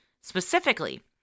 Specifically